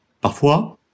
Parfois